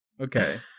Okay